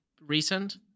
recent